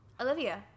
Olivia